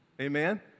Amen